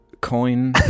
Coin